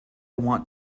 want